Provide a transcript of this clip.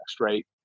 right